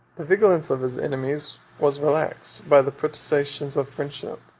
the vigilance of his enemies was relaxed by the protestations of friendship,